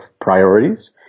priorities